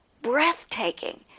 breathtaking